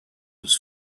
was